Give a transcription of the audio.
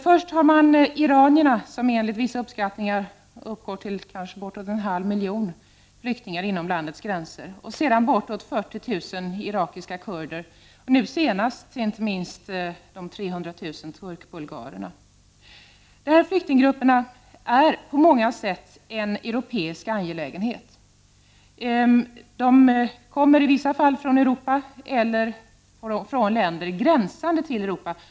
Först har man iranierna, vilka enligt vissa uppskattningar uppgår till kanske bortåt en halv miljon flyktingar inom landets gränser. Sedan bortåt 40 000 irakiska kurder. Nu senast har man fått 300 000 turkbulgarer på ett bräde. Dessa flyktinggrupper är på många sätt en europeisk angelägenhet. De kommer i vissa fall från Europa eller från länder gränsande till Europa och = Prot.